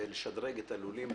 ולשדרג את הלולים.